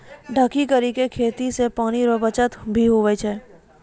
ढकी करी के खेती से पानी रो बचत भी हुवै छै